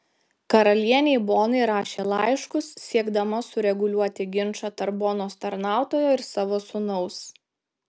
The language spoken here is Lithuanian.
karalienei bonai rašė laiškus siekdama sureguliuoti ginčą tarp bonos tarnautojo ir savo sūnaus